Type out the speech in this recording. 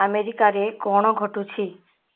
ଆମେରିକାରେ କ'ଣ ଘଟୁଛି